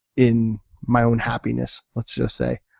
in my own happiness, let's just say.